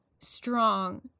strong